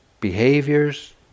behaviors